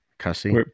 Cussy